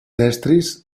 estris